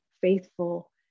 faithful